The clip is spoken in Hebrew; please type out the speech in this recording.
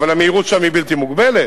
אבל המהירות שם היא בלתי מוגבלת.